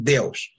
Deus